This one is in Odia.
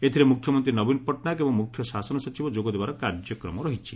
ଏଥିରେ ମୁଖ୍ୟମନ୍ତୀ ନବୀନ ପଟ୍ଟନାୟକ ଏବଂ ମୁଖ୍ୟ ଶାସନ ସଚିବ ଯୋଗଦେବାର କାର୍ଯ୍ୟକ୍ରମ ରହିଛି